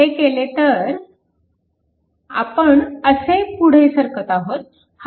हे केले तर आपण असे पुढे सरकत आहोत